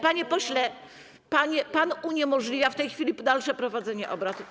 Panie pośle, pan uniemożliwia w tej chwili dalsze prowadzenie obrad.